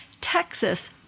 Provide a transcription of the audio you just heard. Texas